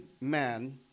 man